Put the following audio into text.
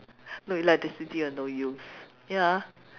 no electricity no use ya